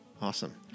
Awesome